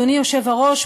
אדוני היושב-ראש,